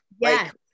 Yes